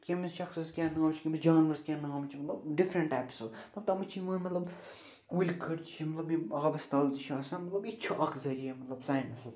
کیٚمِس شخصس کیٛاہ ناو چھُ کٔمِس جانوَرس کیٛاہ ناو چھِ مطلب ڈفرنٛٹ ٹیپٕسہٕ مطلب تَتھ منٛز چھِ یِوان مطلب کُلۍ کٔٹۍ چھِ مطلب یِم آبس تل تہِ چھِ آسان مطلب یہِ تہِ چھُ اکھ ذٔریعہِ مطلب ساینسُک